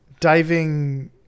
Diving